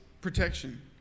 protection